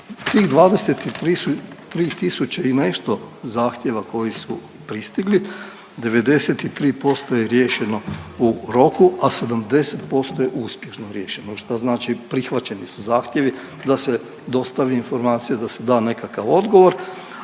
tih 23 tisuće i nešto zahtjeva koji su pristigli, 93% je riješeno u roku, a 70% je uspješno riješeno, što znači prihvaćeni su zahtjevi da se dostavi informacija, da se da nekakav odgovor,